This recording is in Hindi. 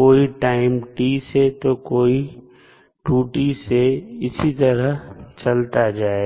कोई टाइम T से कोई 2T से इसी तरह चलता जाएगा